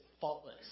faultless